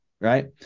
right